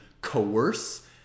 coerce